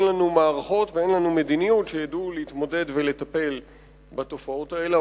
אין לנו מערכות ואין לנו מדיניות שידעו להתמודד ולטפל בתופעות האלה.